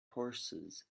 horses